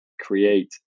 create